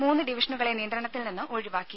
മൂന്ന് ഡിവിഷനുകളെ നിയന്ത്രണത്തിൽനിന്ന് ഒഴിവാക്കി